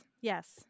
Yes